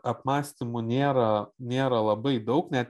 apmąstymų nėra nėra labai daug net